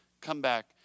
comeback